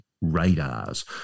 radars